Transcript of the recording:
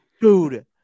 dude